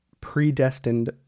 predestined